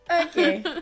Okay